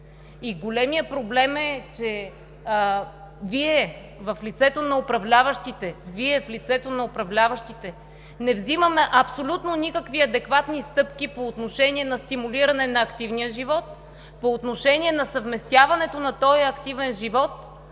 Големият проблем е, че Вие, в лицето на управляващите, не вземате абсолютно никакви адекватни стъпки по отношение на стимулиране на активния живот, по отношение на съвместяването на този активен живот